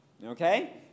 Okay